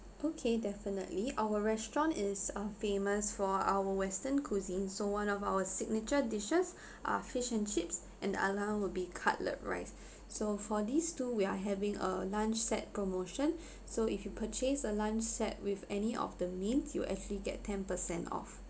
okay definitely our restaurant is uh famous for our western cuisine so one of our signature dishes are fish and chips and a la will be cutlet rice so for these two we are having a lunch set promotion so if you purchase a lunch set with any of the main you will actually get ten percent off